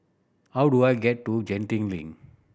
how do I get to Genting Link